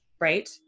Right